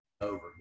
over